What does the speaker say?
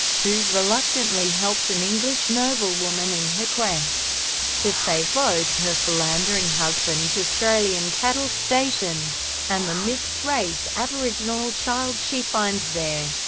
who reluctantly helps an english noblewoman in her quest to save both her philandering husband's australian cattle station and the mixed race aboriginal child she finds there.